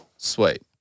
Sweet